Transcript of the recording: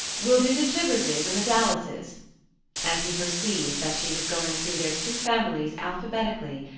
we'll do the chiverses and the dallases and he perceived that she was going through their two families alphabetically,